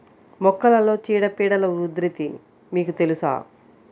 మొక్కలలో చీడపీడల ఉధృతి మీకు తెలుసా?